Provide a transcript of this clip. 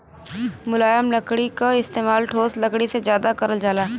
मुलायम लकड़ी क इस्तेमाल ठोस लकड़ी से जादा करल जाला